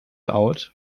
out